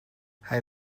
hij